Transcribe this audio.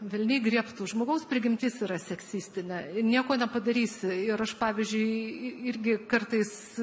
velniai griebtų žmogaus prigimtis yra seksistinė nieko nepadarysi ir aš pavyzdžiui iii irgi kartais